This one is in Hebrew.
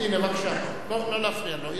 הנה, בבקשה, לא להפריע לו.